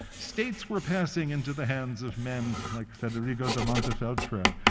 states were passing into the hands of men like federigo da montefeltro,